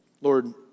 Lord